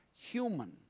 human